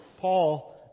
Paul